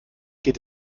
geht